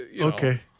Okay